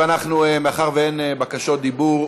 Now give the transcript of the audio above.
מאחר שאין בקשות דיבור,